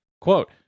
Quote